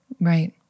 right